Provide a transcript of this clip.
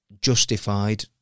justified